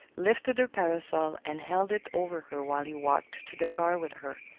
lifted her parasol, and held it over her while he walked to the car with her.